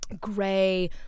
gray